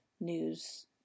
news